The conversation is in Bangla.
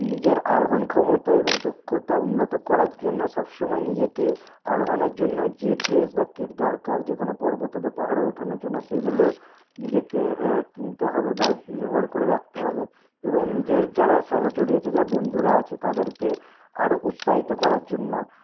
নিজের আরোহণ ক্ষমতা এবং দক্ষতা উন্নত করার জন্য সবসময় নিজেকে আরোহণের জন্য যে ড্রেস বা কিট দরকার যে কোনো পর্বতে বা পাহাড়ে ওঠানোর জন্য সেগুলো নিজেকে কিনতে হবে বা জোগাড় করে রাখতে হবে এবং নিজের যারা সহচরী আছে যারা বন্ধুরা আছে তাদেরকে আরও উৎসাহিত করার জন্য